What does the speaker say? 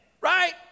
Right